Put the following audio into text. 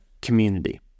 community